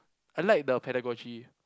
I like the pedagogy